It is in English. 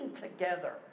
together